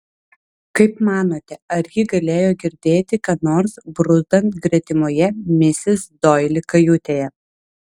kaip manote ar ji galėjo girdėti ką nors bruzdant gretimoje misis doili kajutėje